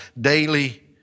daily